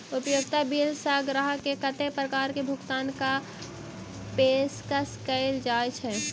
उपयोगिता बिल सऽ ग्राहक केँ कत्ते प्रकार केँ भुगतान कऽ पेशकश कैल जाय छै?